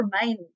remain